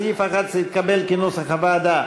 סעיף 11 התקבל כנוסח הוועדה.